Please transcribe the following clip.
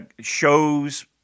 shows